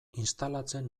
instalatzen